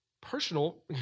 personal